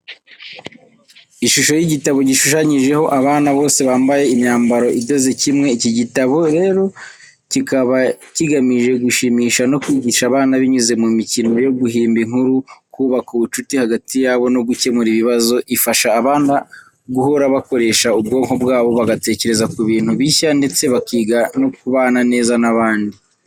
Ishusho y’igitabo, gishushanyijeho abana bose bambaye imyambaro idoze kimwe. Iki igitabo rero kikaba kigamije gushimisha no kwigisha abana binyuze mu mikino yo guhimba inkuru, kubaka ubucuti hagati yabo, no gukemura ibibazo. Ifasha abana guhora bakoresha ubwonko bwabo, bagatekereza ku bintu bishya ndetse bakiga no kubana neza n’abandi.